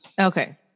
Okay